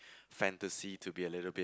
fantasy to be a little bit